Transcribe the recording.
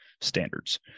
standards